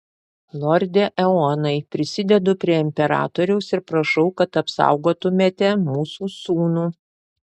lorde eonai prisidedu prie imperatoriaus ir prašau kad apsaugotumėte mūsų sūnų